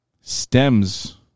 stems